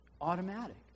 Automatic